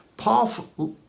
Paul